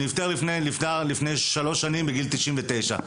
שנפטר לפני שלוש שנים בגיל תשעים ותשע.